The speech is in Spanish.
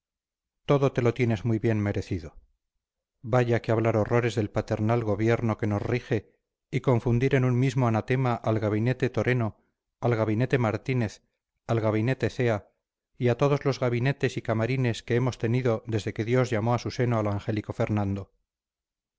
todo te lo tienes muy bien merecido vaya que hablar horrores del paternal gobierno que nos rige y confundir en un mismo anatema al gabinete toreno al gabinete martínez al gabinete cea y a todos los gabinetes y camarines que hemos tenido desde que dios llamó a su seno al angélico fernando